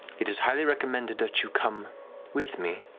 it is highly recommended that you come with me